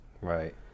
right